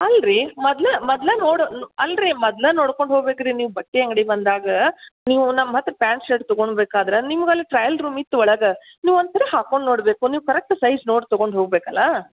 ಅಲ್ಲ ರೀ ಮೊದ್ಲ ಮೊದ್ಲ ನೋಡೋ ಅಲ್ಲ ರೀ ಮೊದ್ಲಾ ನೋಡ್ಕೊಂಡು ಹೋಗ್ಬೇಕು ರೀ ನೀವು ಬಟ್ಟೆ ಅಂಗಡಿ ಬಂದಾಗ ನೀವು ನಮ್ಮ ಹತ್ರ ಪ್ಯಾಂಟ್ ಶರ್ಟ್ ತೊಗೊಳ್ಬೇಕಾದ್ರ ನಿಮ್ಗೆ ಅಲ್ಲಿ ಟ್ರಯಲ್ ರೂಮ್ ಇತ್ತು ಒಳಗೆ ನೀವು ಒಂದು ಸಾರಿ ಹಾಕ್ಕೊಂಡು ನೋಡಬೇಕು ನೀವು ಕರೆಕ್ಟ್ ಸೈಸ್ ನೋಡಿ ತೊಗೊಂಡು ಹೋಗ್ಬೇಕಲ್ವಾ